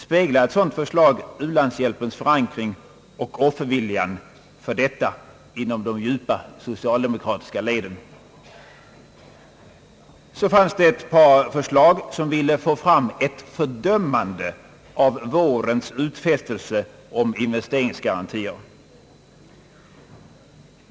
Speglar ett sådant förslag u-landshjälpens förankring och offerviljan härför inom de djupa socialdemokratiska leden? Så fanns det ett par förslag som ville få ett fördömande av vårens utfästelse om investeringsgarantier.